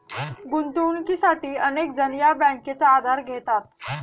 गुंतवणुकीसाठी अनेक जण या बँकांचा आधार घेतात